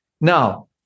Now